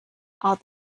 other